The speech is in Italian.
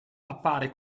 appare